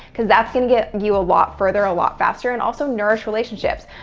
because that's going to get you a lot further, a lot faster. and also nourish relationships.